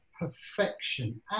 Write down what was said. perfection